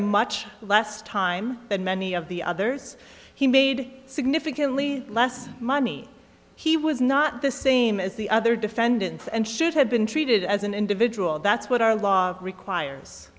much less time than many of the others he made significantly less money he was not the same as the other defendants and should have been treated as an individual that's what our law requires